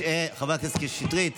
שקט, חברת הכנסת שטרית.